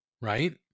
Right